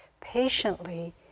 Patiently